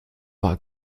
war